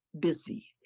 busy